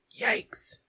Yikes